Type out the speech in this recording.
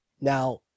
Now